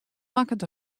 makket